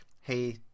hey